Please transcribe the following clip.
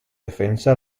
defensa